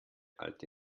alte